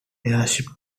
airship